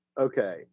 Okay